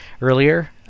earlier